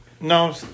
No